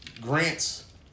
grants